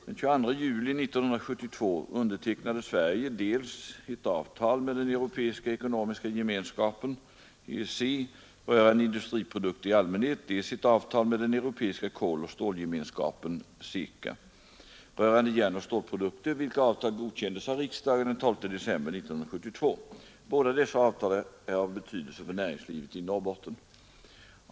Den 22 juli 1972 undertecknade Sverige dels ett avtal med den europeiska ekonomiska gemenskapen rörande industriprodukter i allmänhet, dels ett avtal med den europeiska koloch stålgemenskapen rörande järnoch stålprodukter, vilka avtal godkändes av riksdagen den 12 december 1972. Båda dessa avtal är av betydelse för näringslivet i Norrbotten.